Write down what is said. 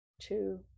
two